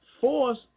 Force